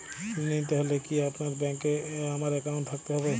ঋণ নিতে হলে কি আপনার ব্যাংক এ আমার অ্যাকাউন্ট থাকতে হবে?